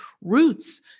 roots